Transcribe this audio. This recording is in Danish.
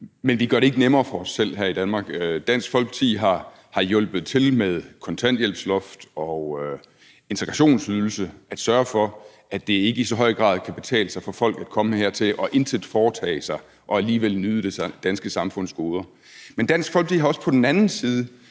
men vi gør det ikke nemmere for os selv her i Danmark. Dansk Folkeparti har med kontanthjælpsloft og integrationsydelse hjulpet til med at sørge for, at det ikke i så høj grad kan betale sig for folk at komme hertil og intet foretage sig og alligevel nyde det danske samfunds goder. Men Dansk Folkeparti har på den anden side